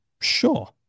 sure